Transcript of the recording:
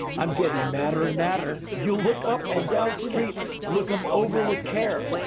i'm getting madder and madder. you'll look up and down streets. look'em over with care.